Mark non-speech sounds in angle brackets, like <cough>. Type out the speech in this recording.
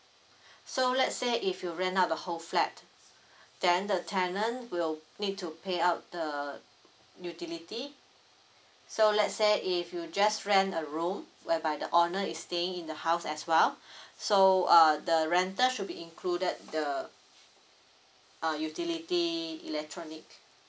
<breath> so let's say if you rent out the whole flat <breath> then the tenant will need to pay out the utility so let's say if you just rent a room whereby the owner is staying in the house as well <breath> so uh the rental should be included the uh utility electronic